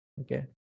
Okay